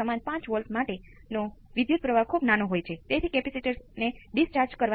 સમાંતર સંયોજનોને એકજ કેપેસિટર માં ભેગા કરો